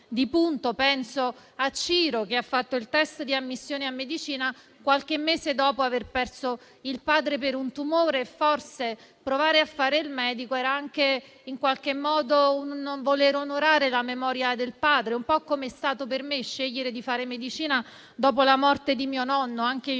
di punto. Penso a Ciro, che ha fatto il test di ammissione a medicina qualche mese dopo aver perso il padre per un tumore, e forse provare a fare il medico era anche in qualche modo un voler onorare la memoria del padre. Un po' come è stato per me scegliere di fare medicina dopo la morte di mio nonno: anche io